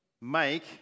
make